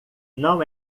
não